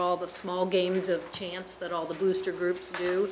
all the small games of chance that all the booster groups do